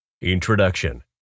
Introduction